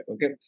Okay